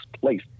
place